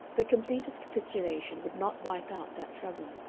the completest capitulation would not wipe out that trouble.